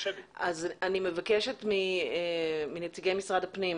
אני מבקשת מנציגי משרד הפנים,